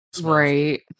Right